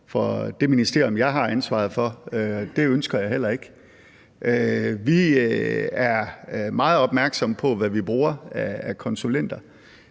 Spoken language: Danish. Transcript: for det ministerium, jeg har ansvaret for. Det ønsker jeg heller ikke. Vi er meget opmærksomme på, hvad vi bruger af konsulenter,